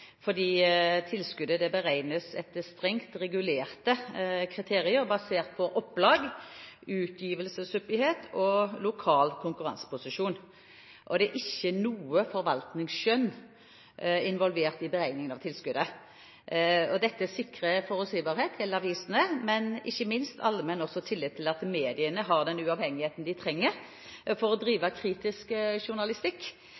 ikke noe forvaltningsskjønn involvert i beregningen av tilskuddet. Dette sikrer forutsigbarhet for avisene, men ikke minst allmenn tillit til at mediene har den uavhengigheten de trenger for å